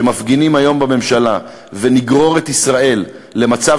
שמפגינים היום בממשלה ונגרור את ישראל למצב